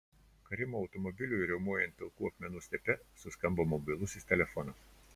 karimo automobiliui riaumojant pilkų akmenų stepe suskambo mobilusis telefonas